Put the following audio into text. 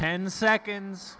ten seconds